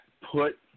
put –